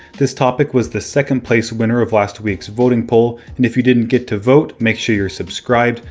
this topic was the second place winner of last weeks voting poll and if you didn't get to vote, make sure you're subscribed,